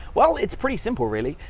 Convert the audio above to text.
well, it's pretty simple really.